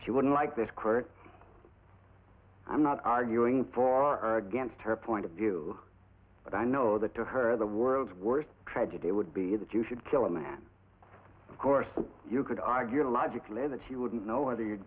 would like this correct i'm not arguing for or against her point of view but i know that to her the world's worst tragedy would be that you should kill a man of course you could argue logically that she wouldn't know whether you'